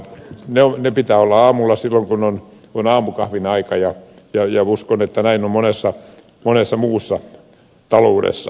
niiden pitää olla aamulla silloin kun on aamukahvin aika ja uskon että näin on monessa muussa taloudessa